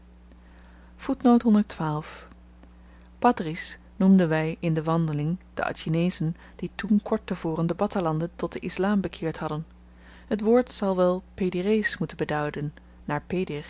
pad i noemden wy in de wandeling de atjinezen die toen kort tevoren de battahlanden tot den islam bekeerd hadden t woord zal wel pedirees moeten beduiden